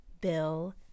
Bill